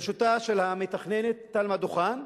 בראשותה של המתכננת תלמה דוכן,